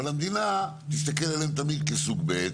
אבל המדינה תסתכל עליהם תמיד כסוג ב'.